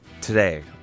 today